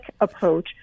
approach